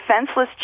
defenseless